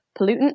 pollutant